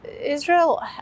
Israel